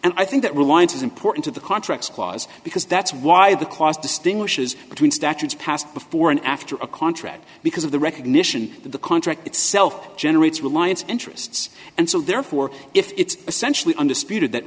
and i think that reliance is important to the contracts clause because that's why the clause distinguishes between statutes passed before and after a contract because of the recognition that the contract itself generates reliance interests and so therefore if it's essentially undisputed that